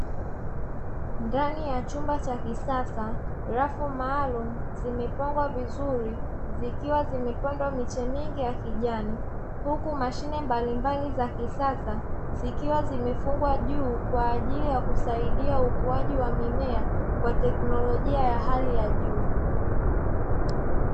Ndani ya chumba cha kisasa, rafu maalumu zimepangwa vizuri zikiwa zimepandwa miche mingi ya kijani. Huku mashine mbalimbali za kisasa, zikiwa zimefungwa juu kwa ajili ya kusaidia ukuaji wa mimea, kwa teknolojia ya hali ya juu.